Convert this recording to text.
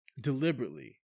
deliberately